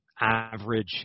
average